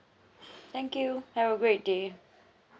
thank you have a great day